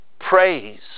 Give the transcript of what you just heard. praise